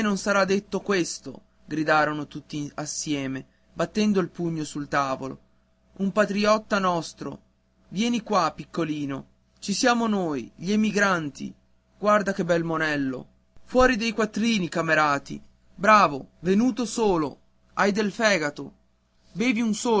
non sarà detto questo gridarono tutti insieme battendo il pugno sul tavolo un patriotta nostro vieni qua piccolino ci siamo noi gli emigranti guarda che bel monello fuori dei quattrini camerati bravo venuto solo hai del fegato bevi un